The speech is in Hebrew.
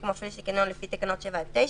או מפעיל של קניון לפי תקנות 7 עד 9,